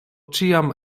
ĉiam